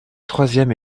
troisième